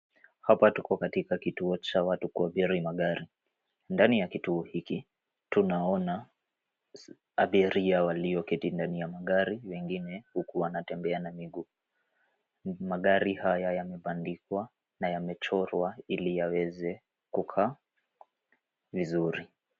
Hapa tuko katika kituo cha watu kuabiri magari. Ndani ya kituo hiki tunaona abiria walioketi ndani ya magari wengine huku wanatembea na miguu. Magari haya yamebandikwa na yamechorwa ili yaweze kukaa vizuri.